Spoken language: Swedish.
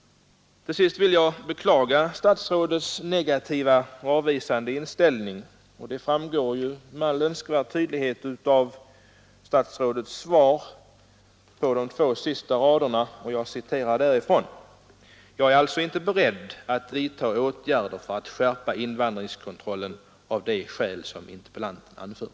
Till sist vill jag beklaga statsrådets negativa och avvisande inställning, som framgår med all önskvärd tydlighet av statsrådets svar, där det står på de två sista raderna: ”Jag är alltså inte beredd att vidta åtgärder för att skärpa invandringskontrollen av de skäl som interpellanten anför.”